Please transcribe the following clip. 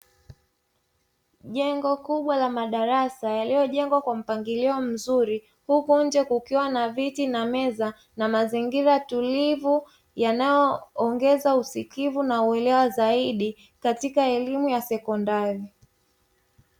Jengo kubwa la madarasa yaliyojengwa kwa mpangilio mzuri, huku nje kukiwa na viti na meza na mazingira tulivu yanayo ongeza usikivu na uelewa zaidi katika elimu ya sekondari.